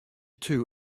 two